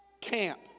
camp